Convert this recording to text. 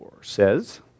says